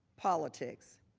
politics.